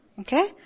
Okay